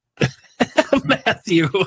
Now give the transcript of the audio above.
Matthew